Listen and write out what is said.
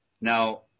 Now